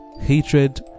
hatred